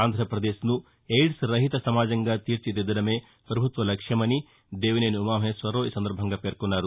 ఆంధ్రప్రదేశ్ను ఎయిడ్స్ రహిత సమాజంగా తీర్చిదిద్దడమే పభుత్వ లక్ష్యమని దేవినేని ఉమామహేశ్వరరావు పేర్కొన్నారు